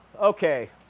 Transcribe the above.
Okay